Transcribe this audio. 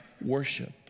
worship